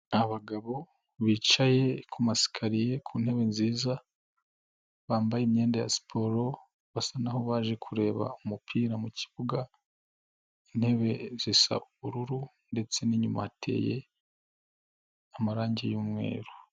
Abagabo bicaye ku masakariya ku ntebe nziza, bambaye imyenda ya siporo, basa n'aho baje kureba umupira mu kibuga, intebe zisa ubururu, ndetse inyuma hateye amarangi y'umweru.